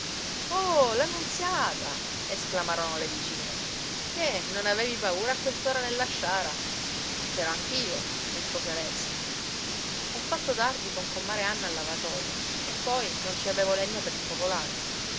la nunziata esclamarono le vicine che non avevi paura a quest'ora nella sciara c'ero anch'io rispose alessi ho fatto tardi con comare anna al lavatoio e poi non ci avevo legna per il focolare